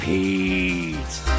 Pete